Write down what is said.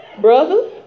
Brother